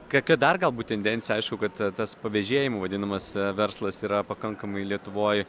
kokia dar galbūt tendencija aišku kad tas pavėžėjimu vadinamas verslas yra pakankamai lietuvoj